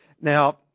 Now